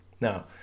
now